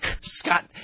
Scott